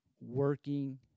working